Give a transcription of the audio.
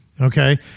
okay